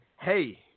hey